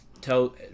tell